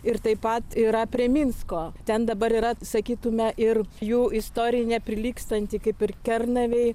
ir taip pat yra prie minsko ten dabar yra sakytume ir jų istorinė neprilygstanti kaip ir kernavei